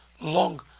long